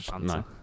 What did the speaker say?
No